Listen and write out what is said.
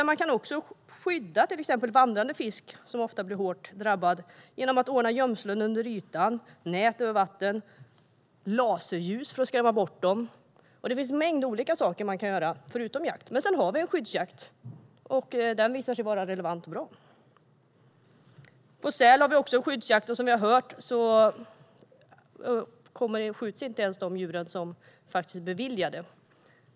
Man kan också till exempel skydda vandrande fisk, som ofta blir hårt drabbad, genom att ordna gömslen under ytan, nät över vatten och laserljus för att skrämma bort dem. Det finns en mängd olika saker man kan göra förutom jakt. Men sedan har vi en skyddsjakt, och den visar sig vara relevant och bra. Vi har också skyddsjakt på säl. Som ni har hört skjuts inte ens de djur som är beviljade.